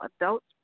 adults